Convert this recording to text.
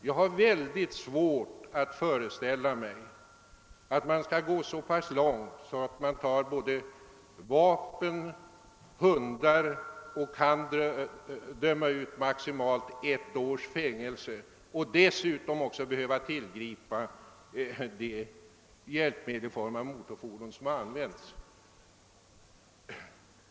Jag har mycket svårt att föreställa mig att man kan gå så pass långt att man tar både vapen och hundar och dömer ut maximalt ett års fängelse samt dessutom skall behöva lägga beslag på de hjälpmedel i form av motorfordon som har använts.